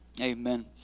amen